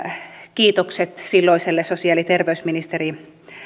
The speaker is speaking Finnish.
kiitokset silloiselle sosiaali ja terveysministeri